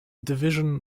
division